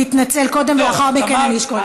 תתנצל קודם, ולאחר מכן אני אשקול.